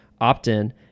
opt-in